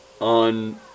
on